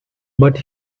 but